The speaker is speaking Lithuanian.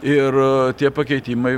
ir tie pakeitimai